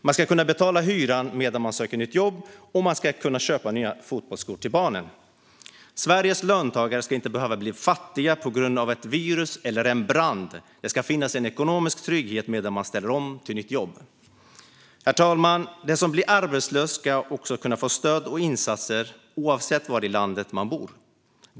Man ska kunna betala hyran medan man söker nytt jobb, och man ska kunna köpa nya fotbollsskor till barnen. Sveriges löntagare ska inte behöva bli fattiga på grund av ett virus eller en brand. Det ska finnas en ekonomisk trygghet medan man ställer om till nytt jobb. Herr talman! Om man blir arbetslös ska man kunna få stöd och insatser oavsett var i landet man bor.